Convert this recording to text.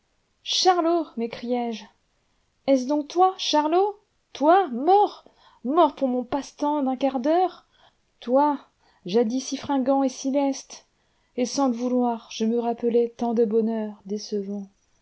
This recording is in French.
charlot m'écriai-je est-ce donc toi charlot toi mort mort pour mon passe-temps d'un quart d'heure toi jadis si fringant et si leste et sans le vouloir je me rappelai tant de bonheur décevant